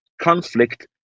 conflict